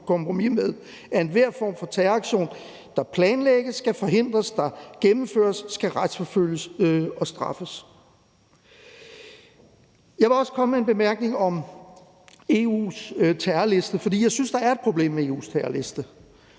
kompromis med, at enhver form for terroraktion, som planlægges, skal forhindres, og at enhver form for terroraktion, som gennemføres, skal retsforfølges og straffes. Jeg vil også komme med en bemærkning om EU's terrorliste. For jeg synes, der er et problem med EU's terrorliste,